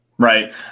Right